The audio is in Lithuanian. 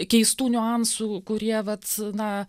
keistų niuansų kurie vat na